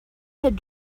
had